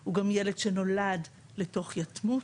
הוא גם יהיה ילד שנולד לתוך יתמות,